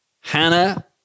Hannah